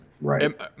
right